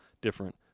different